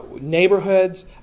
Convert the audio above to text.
neighborhoods